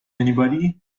anybody